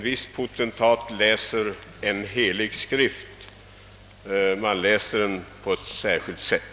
viss potentat läser en helig skrift: han läser den på ett särskilt sätt.